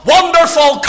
Wonderful